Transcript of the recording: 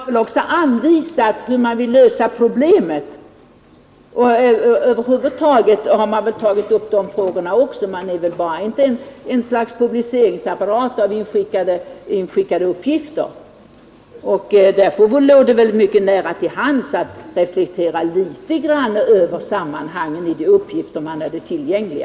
Herr talman! Man har väl också anvisat hur man vill lösa problemet? Över huvud taget har väl utskottet tagit upp de frågorna också och inte bara varit ett slags publiceringsapparat för inskickade uppgifter? Det hade väl legat mycket nära till hands att reflektera litet grand över innebörden i de uppgifter man hade tillgängliga.